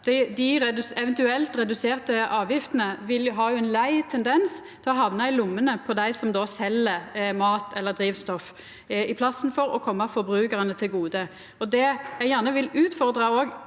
Dei eventuelt reduserte avgiftene har ein lei tendens til å hamna i lommene på dei som sel mat eller drivstoff, i staden for å koma forbrukarane til gode. Det eg gjerne vil utfordra